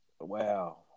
Wow